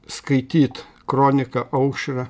skaityt kroniką aušrą